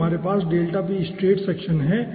फिर हमारे पास है ठीक है